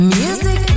music